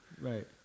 right